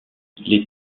les